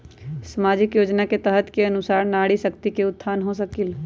सामाजिक योजना के तहत के अनुशार नारी शकति का उत्थान हो सकील?